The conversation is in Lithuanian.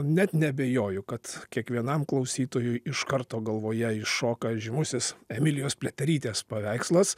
net neabejoju kad kiekvienam klausytojui iš karto galvoje iššoka žymusis emilijos pliaterytės paveikslas